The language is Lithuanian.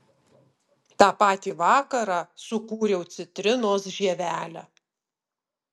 tą patį vakarą sukūriau citrinos žievelę